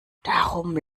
darum